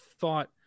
thought